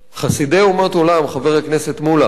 חסידי אומות עולם, חבר הכנסת מולה.